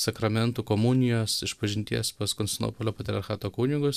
sakramentų komunijos išpažinties pas konstinopolio patriarchato kunigus